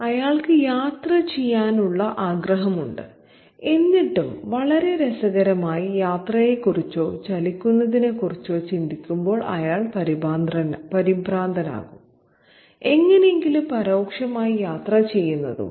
അതിനാൽ അയാൾക്ക് യാത്ര ചെയ്യാനുള്ള ആഗ്രഹമുണ്ട് എന്നിട്ടും വളരെ രസകരമായി യാത്രയെക്കുറിച്ചോ ചലിക്കുന്നതിനെക്കുറിച്ചോ ചിന്തിക്കുമ്പോൾ അയാൾ പരിഭ്രാന്തനാകും അതിനാലാണ് ആ ആഗ്രഹം കുറയ്ക്കുന്നതും എങ്ങനെയെങ്കിലും പരോക്ഷമായി യാത്ര ചെയ്യുന്നതും